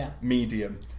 medium